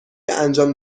انجام